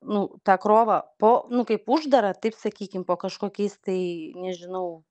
nu tą krovą po nu kaip uždarą taip sakykim po kažkokiais tai nežinau